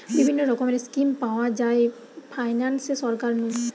বিভিন্ন রকমের স্কিম পাওয়া যায় ফাইনান্সে সরকার নু